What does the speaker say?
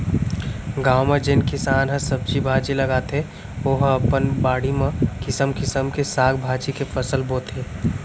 गाँव म जेन किसान ह सब्जी भाजी लगाथे ओ ह अपन बाड़ी म किसम किसम के साग भाजी के फसल बोथे